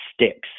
sticks